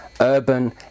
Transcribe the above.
urban